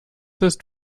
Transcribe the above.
ist